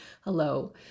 hello